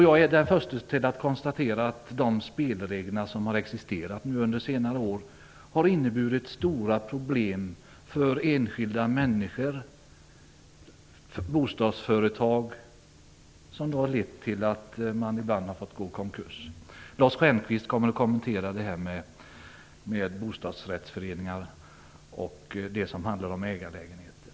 Jag är den förste att konstatera att de spelrelger som har gällt under senare år har inneburit stora problem för enskilda människor och bostadsföretag, vilket ibland lett till att man varit tvungen att gå i konkurs. Lars Stjernkvist kommer att kommentera frågan om bostadsrättsföreningar och ägarlägenheter.